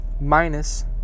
minus